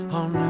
on